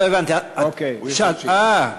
אה,